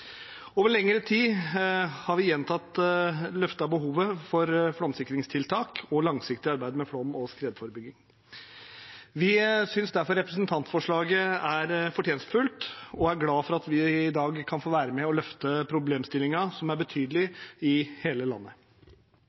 Over lengre tid har vi gjentatte ganger løftet behovet for flomsikringstiltak og langsiktig arbeid med flom- og skredforebygging. Vi synes derfor representantforslaget er fortjenstfullt og er glad for at vi i dag kan få være med og løfte problemstillingen, som er betydelig i hele landet.